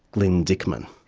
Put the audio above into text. glyn dickman.